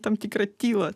tam tikrą tylą